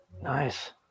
Nice